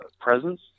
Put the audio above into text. presence